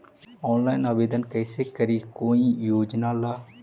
Online आवेदन कैसे करी कोई योजना ला?